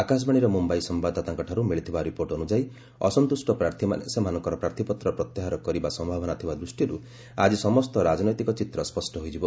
ଆକାଶବାଣୀର ମୁମ୍ୟାଇ ସମ୍ଭାଦଦାତାଙ୍କଠାରୁ ମିଳିଥିବା ରିପୋର୍ଟ ଅନୁଯାୟୀ ଅସନ୍ତୁଷ୍ଟ ପ୍ରାର୍ଥୀମାନେ ସେମାନଙ୍କର ପ୍ରାର୍ଥୀପତ୍ର ପ୍ରତ୍ୟାହାର କରିବା ସମ୍ଭାବନା ଥିବା ଦୃଷ୍ଟିରୁ ଆକି ସମସ୍ତ ରାଜନୈତିକ ଚିତ୍ର ସ୍ୱଷ୍ଟ ହୋଇଯିବ